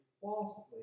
falsely